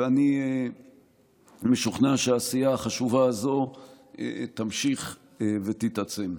ואני משוכנע שהעשייה החשובה הזו תמשיך ותתעצם.